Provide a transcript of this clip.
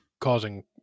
causing